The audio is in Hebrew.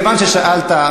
מכיוון ששאלת,